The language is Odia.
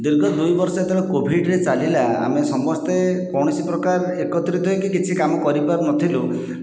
ଦୀର୍ଘ ଦୁଇ ବର୍ଷ ଯେତବେଳେ କୋଭିଡ଼ରେ ଚାଲିଲା ଆମେ ସମସ୍ତେ କୌଣସି ପ୍ରକାର ଏକତ୍ରିତ ହୋଇକି କିଛି କାମ କରିପାରୁନଥିଲୁ